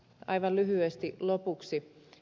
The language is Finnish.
aivan lyhyesti lopuksi